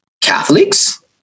Catholics